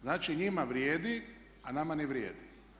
Znači njima vrijedi, a nama ne vrijedi.